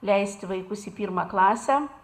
leisti vaikus į pirmą klasę